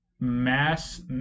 mass